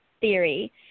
theory